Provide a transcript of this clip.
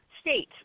state